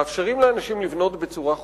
מאפשרים לאנשים לבנות בצורה חוקית,